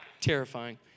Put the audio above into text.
terrifying